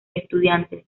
estudiantes